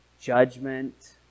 judgment